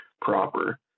proper